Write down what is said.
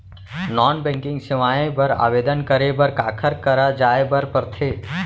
non banking सेवाएं बर आवेदन करे बर काखर करा जाए बर परथे